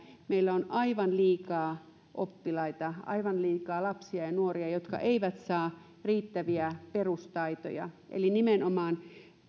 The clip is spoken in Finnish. meillä on nimenmaan aivan liikaa oppilaita aivan liikaa lapsia ja nuoria jotka eivät saa riittäviä perustaitoja eli nimenomaan